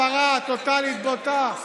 הפרה טוטלית, בוטה,